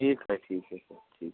ठीक है ठीक है सर ठीक है